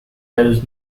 does